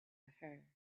her